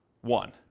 one